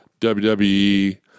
WWE